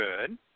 Good